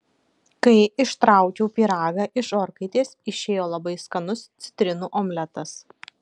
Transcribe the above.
kai ištraukiau pyragą iš orkaitės išėjo labai skanus citrinų omletas